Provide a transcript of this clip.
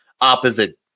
opposite